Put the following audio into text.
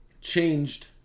changed